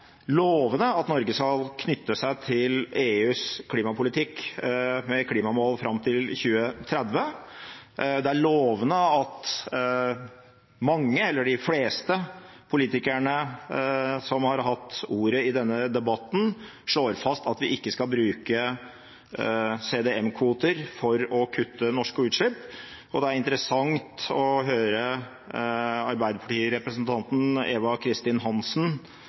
at Norge skal knytte seg til EUs klimapolitikk med klimamål fram til 2030. Det er lovende at mange, eller de fleste, politikere som har hatt ordet i denne debatten, slår fast at vi ikke skal bruke CDM-kvoter for å kutte norske utslipp. Det er interessant å høre arbeiderpartirepresentanten Eva Kristin Hansen